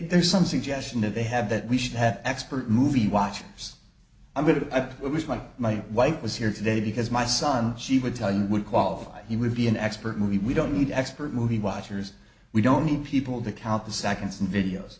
there's some suggestion that they have that we should have expert movie watching us i'm going to i please when my wife was here today because my son she would tell you would qualify he would be an expert and we don't need expert movie watchers we don't need people to count the seconds in videos